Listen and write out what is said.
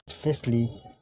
firstly